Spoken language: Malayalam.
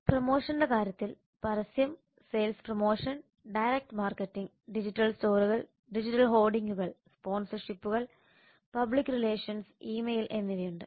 പ്രമോഷന്റെ കാര്യത്തിൽ പരസ്യം sales promotion direct marketing digital സ്റ്റോറുകൾ ഡിജിറ്റൽ ഹോർഡിംഗുകൾ സ്പോൺസർഷിപ്പുകൾ പബ്ലിക് റിലേഷൻസ് ഇ മെയിൽ എന്നിവയുണ്ട്